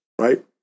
right